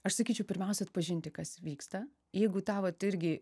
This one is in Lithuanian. aš sakyčiau pirmiausia atpažinti kas vyksta jeigu tą vat irgi